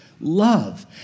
love